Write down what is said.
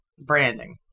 Branding